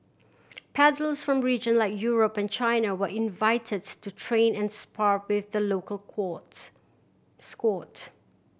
paddlers from region like Europe and China were invited to train and spar with the local quad squad